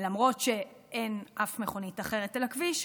למרות שאין אף מכונית אחרת על הכביש,